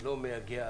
לא מייגע,